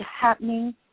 happening